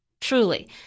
truly